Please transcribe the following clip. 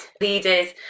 leaders